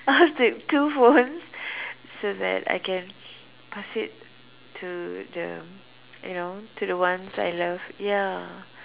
I take two phones so that I can pass it to the you know to the ones I love ya